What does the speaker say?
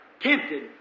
tempted